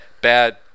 Bad